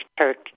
church